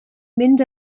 mynd